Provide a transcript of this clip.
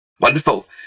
Wonderful